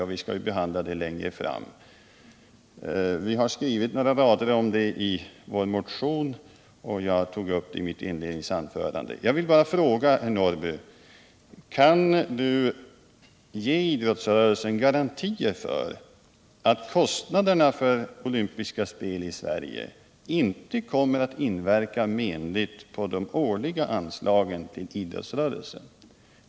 Den saken skall vi visserligen behandla senare, men vi har skrivit några rader om den i vår motion och jag tog också upp den i mitt inledningsanförande. Jag vill därför bara fråga Karl-Eric Norrby: Kan idrottsrörelsen få garantier för att kostnaderna för olympiska spel i Sverige inte kommer att inverka menligt på de årliga anslagen till idrottsrörelsen?